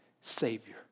Savior